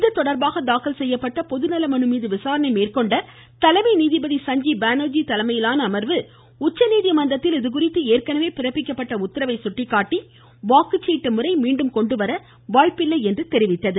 இதுதொடா்பாக தாக்கல் செய்யப்பட்ட பொதுநல மனுமீது விசாரணை மேற்கொண்ட தலைமை நீதிபதி சஞ்சீப் பானா்ஜி தலைமையிலான அமா்வு உச்சநீதிமன்றத்தில் இதுகுறித்து ஏற்கனவே பிறப்பிக்கப்பட்ட உத்தரவை சுட்டிக்காட்டி வாக்குச்சீட்டு முறை மீண்டும் கொண்டுவர வாய்ப்பில்லை என்று தெரிவித்தது